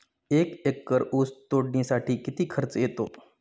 एक एकर ऊस तोडणीसाठी किती खर्च येतो?